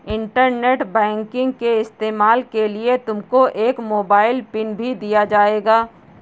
internet banking के इस्तेमाल के लिए तुमको एक मोबाइल पिन भी दिया जाएगा